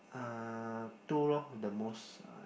uh two lor the most